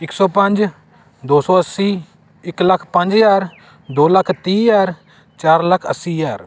ਇੱਕ ਸੌ ਪੰਜ ਦੋ ਸੌ ਅੱਸੀ ਇੱਕ ਲੱਖ ਪੰਜ ਹਜ਼ਾਰ ਦੋ ਲੱਖ ਤੀਹ ਹਜ਼ਾਰ ਚਾਰ ਲੱਖ ਅੱਸੀ ਹਜ਼ਾਰ